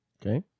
Okay